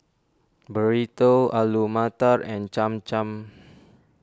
Burrito Alu Matar and Cham Cham